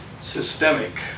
Systemic